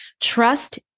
Trust